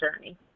journey